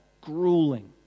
grueling